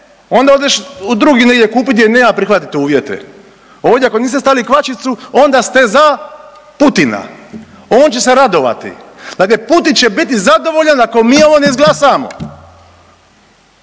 onda odeš u drugi negdje kupit gdje nema prihvatit uvjete. Ovdje ako niste stavili kvačicu onda ste za Putina, on će se radovati, dakle Putin će biti zadovoljan ako mi ovo ne izglasamo,